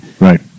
Right